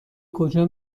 کجا